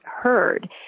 heard